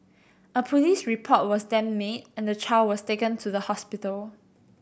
a police report was then made and the child was taken to the hospital